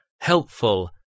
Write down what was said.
helpful